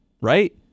Right